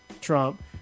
Trump